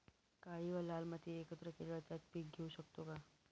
काळी व लाल माती एकत्र केल्यावर त्यात पीक घेऊ शकतो का?